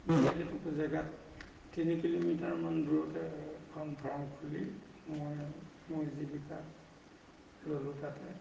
বেলেগ এটুকুৰ জেগাত তিনি কিলোমিটাৰমান দূৰতে এখন ফাৰ্ম খুলি মই মোৰ জীৱিকা ল'লোঁ তাতে